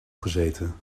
gezeten